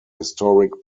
historic